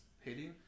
hitting